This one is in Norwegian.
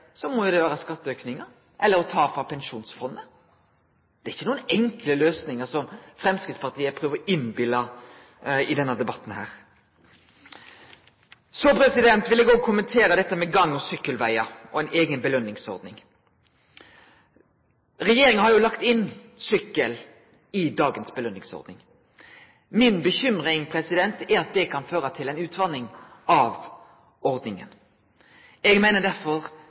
må jo vere skatteauke eller å ta frå pensjonsfondet. Det er ikkje nokon enkle løysingar, som Framstegspartiet prøver å innbille oss i denne debatten. Så vil eg òg kommentere dette med gang- og sykkelvegar og ei eiga belønningsordning. Regjeringa har jo lagt inn sykkel i dagens belønningsordning. Mi bekymring er at det kan føre til ei utvatning av ordninga. Eg meiner derfor